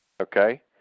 Okay